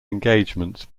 engagements